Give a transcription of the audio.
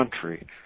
country